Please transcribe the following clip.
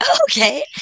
Okay